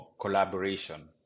collaboration